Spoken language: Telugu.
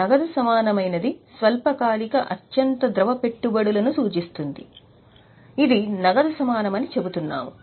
నగదు సమానమైనది స్వల్పకాలిక అత్యంత ద్రవ పెట్టుబడులను సూచిస్తుంది ఇది నగదు సమానమని చెబుతున్నాము